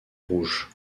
rouge